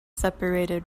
separated